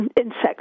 insects